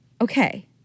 Okay